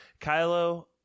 Kylo